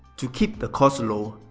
to keep the cost low,